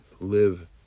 live